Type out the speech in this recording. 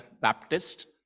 baptist